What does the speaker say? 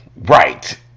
Right